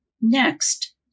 Next